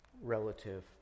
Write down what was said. relative